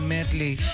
Medley